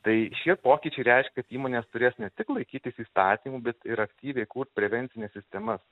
tai šie pokyčiai reišk kad įmonės turės ne tik laikytis įstatymų bet ir aktyviai kurt prevencines sistemas